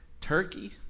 Turkey